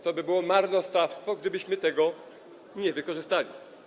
To by było marnotrawstwo, gdybyśmy tego nie wykorzystali.